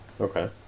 Okay